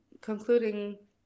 concluding